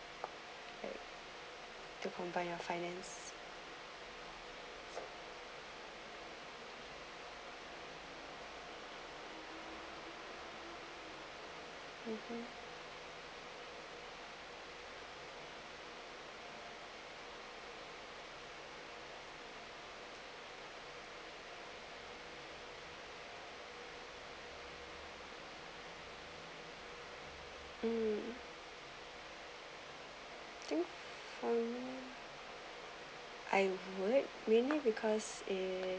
to combine your finance um think I would mainly because is